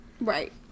Right